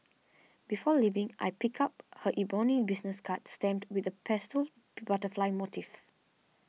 before leaving I pick up her ebony business card stamped with a pastel butterfly motif